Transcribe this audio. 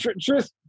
truth